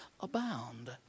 abound